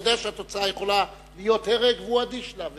הוא יודע שהתוצאה יכולה להיות הרג, והוא אדיש לה.